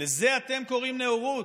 לזה אתם קוראים נאורות?